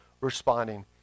responding